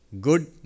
good